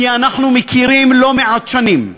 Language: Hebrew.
כי אנחנו מכירים לא-מעט שנים.